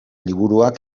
liburuak